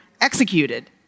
executed